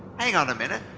hang on a minute,